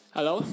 Hello